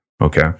Okay